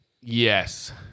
Yes